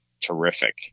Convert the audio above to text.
terrific